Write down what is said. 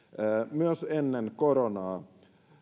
myös ennen koronaa